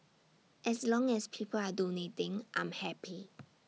as long as people are donating I'm happy